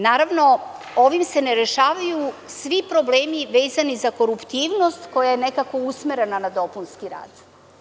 Naravno, ovim se ne rešavaju svi problemi vezani za koruptivnost koja je nekako usmerena na dopunski rad.